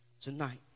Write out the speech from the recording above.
tonight